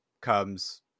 comes